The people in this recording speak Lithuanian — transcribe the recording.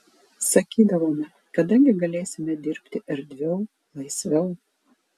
sakydavome kada gi galėsime dirbti erdviau laisviau